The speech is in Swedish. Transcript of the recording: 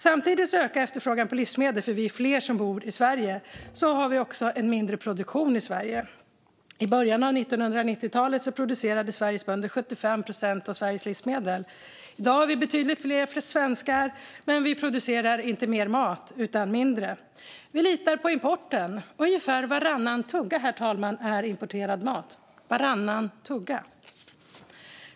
Samtidigt som efterfrågan på livsmedel ökar - vi är fler som bor i Sverige - har produktionen minskat. I början av 1990-talet producerade Sveriges bönder 75 procent av Sveriges livsmedel. I dag finns betydligt fler svenskar, men vi producerar inte mer mat utan mindre. Vi litar på importen. Ungefär varannan tugga, herr talman, är importerad mat.